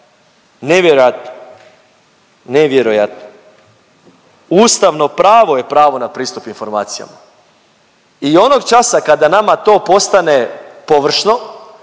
nevjerojatno, nevjerojatno. Ustavno pravo je pravo na pristup informacijama i onog časa kada nama to postane površno,